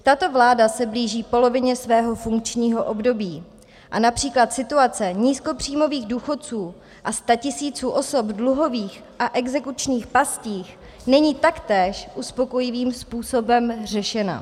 Tato vláda se blíží k polovině svého funkčního období a například situace nízkopříjmových důchodců a statisíců osob v dluhových a exekučních pastech není taktéž uspokojivým způsobem řešena.